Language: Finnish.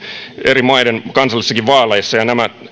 eri maiden kansallisissakin vaaleissa ja nämä